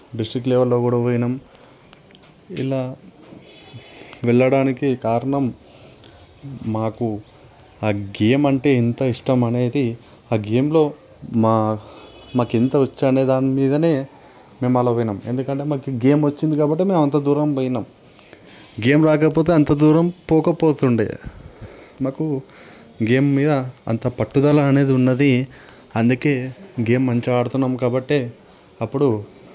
district లెవెల్లో కూడా పోయాము ఇలా వెళ్ళడానికి కారణం మాకు ఆ గేమ్ అంటే ఎంత ఇష్టం అనేది ఆ గేమ్లో మా మాకు ఎంత వచ్చు అనేదాని మీదనే మేము అలా పోయాము ఎందుకు అంటే మాకు గేమ్ వచ్చును కాబట్టి మేము అంత దూరం పోయాము గేమ్ రాకపోతే అంత దూరం పోలేక పోతుండే మాకు గేమ్ మీద అంత పట్టుదల అనేది ఉన్నది అందుకే గేమ్ మంచిగా ఆడుతూ ఉన్నాము కాబట్టే అప్పుడు